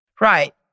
Right